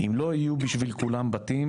אם לא יהיו בשביל כולם בתים,